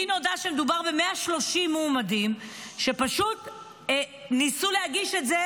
לי נודע שמדובר ב-130 מועמדים שפשוט ניסו להגיש את זה,